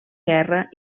guerra